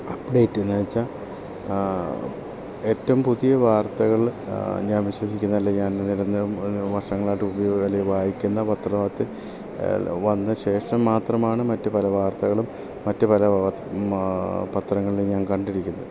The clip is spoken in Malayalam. അപ്ഡേറ്റ് എന്ന് വെച്ചാൽ ഏറ്റവും പുതിയ വാർത്തകൾ ഞാൻ വിശ്വസിക്കുന്നത് അല്ലേ ഞാൻ വർഷങ്ങളായിട്ട് അല്ലെങ്കിൽ വായിക്കുന്ന പത്രത്തിൽ വന്ന ശേഷം മാത്രമാണ് മറ്റു പല വാർത്തകളും മറ്റു പല പത്ര പത്രങ്ങളിൽ ഞാൻ കണ്ടിരിക്കുന്നത്